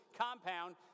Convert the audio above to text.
compound